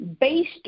based